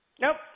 Nope